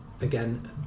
again